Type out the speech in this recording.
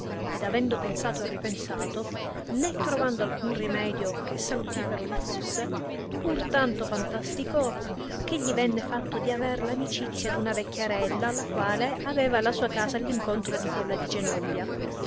ed avendo pensato e ripensato né trovando alcun remedio che salutifero li fusse pur tanto fantasticò che gli venne fatto di aver l'amicizia d'una vecchiarella la quale aveva la sua casa all incontro di quella di genobbia